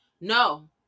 no